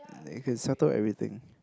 that you can settle everything